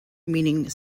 meaning